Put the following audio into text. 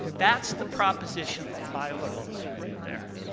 that's the proposition of biofuels right there.